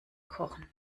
kochen